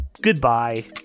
Goodbye